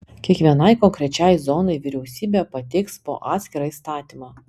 kiekvienai konkrečiai zonai vyriausybė pateiks po atskirą įstatymą